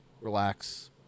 relax